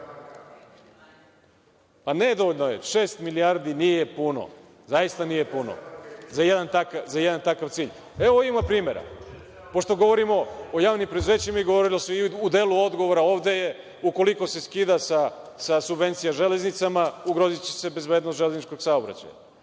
nedovoljno je. Šest milijardi nije puno, zaista nije puno za jedan takav cilj. Evo, imamo primera. Pošto govorimo o javnim preduzećima i govorilo se i u delu odgovora ovde - ukoliko se skida sa subvencija Železnicama, ugroziće se bezbednost železničkog saobraćaja.